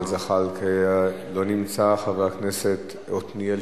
כי אמרתי שבאתי למלא את תפקידי.